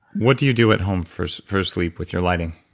what do you do at home for for sleep with your lighting?